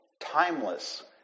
timeless